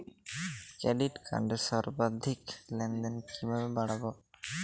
Credit কার্ডের সর্বাধিক লেনদেন কিভাবে বাড়াবো?